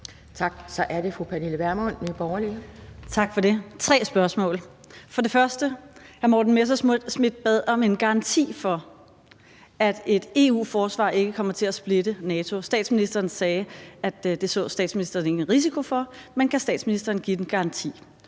Kl. 10:15 Pernille Vermund (NB): Tak for det. Jeg har tre spørgsmål. 1) Hr. Morten Messerschmidt bad om en garanti for, at et EU-forsvar ikke kommer til at splitte NATO, og statsministeren sagde, at det så statsministeren ingen risiko for. Men kan statsministeren give den garanti?